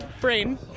brain